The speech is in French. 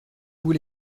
vous